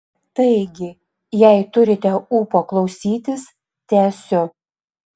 taigi jei turite ūpo klausytis tęsiu